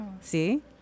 see